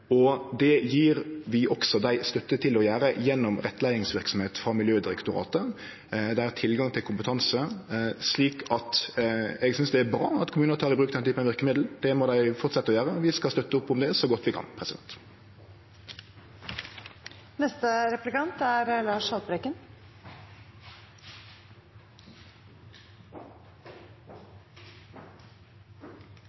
Det gjev vi dei støtte til å gjere gjennom rettleiingsverksemd frå Miljødirektoratet. Dei har tilgang til kompetanse. Eg synest det er bra at kommunar tek i bruk den typen verkemiddel. Det må dei fortsetje å gjere, og vi skal støtte opp om det så godt vi kan.